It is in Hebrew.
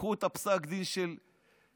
קחו את פסק הדין של אלקין,